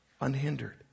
Unhindered